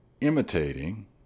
imitating